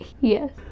Yes